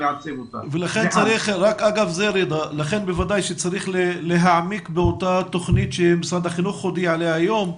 לכן בוודאי שצריך להעמיק באותה תוכנית שמשרד החינוך הודיע עליה היום,